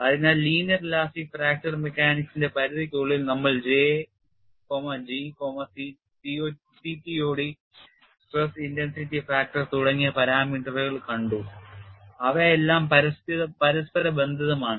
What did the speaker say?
അതിനാൽ linear elastic fracture മെക്കാനിക്സിന്റെ പരിധിക്കുള്ളിൽ നമ്മൾ J G CTOD stress intensity factor തുടങ്ങിയ പാരാമീറ്ററുകൾ കണ്ടു അവയെല്ലാം പരസ്പരബന്ധിതമാണ്